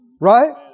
Right